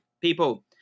people